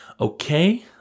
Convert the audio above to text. okay